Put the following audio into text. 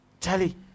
Charlie